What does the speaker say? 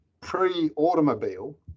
pre-automobile